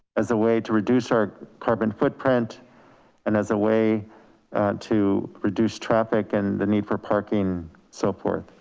as a way to reduce our carbon footprint and as a way to reduce traffic and the need for parking so forth.